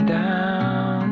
down